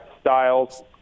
Styles